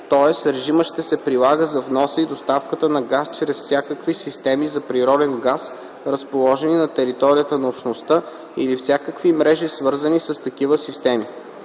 т.е. режимът ще се прилага за вноса и доставката на газ чрез всякакви системи за природен газ, разположени на територията на Общността, или всякакви мрежи, свързани с такива системи.